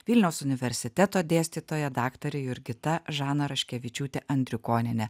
vilniaus universiteto dėstytoja daktarė jurgita žana raškevičiūtė andrikonienė